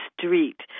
street